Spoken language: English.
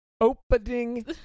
opening